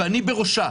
ואני בראשה,